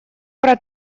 про